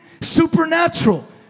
supernatural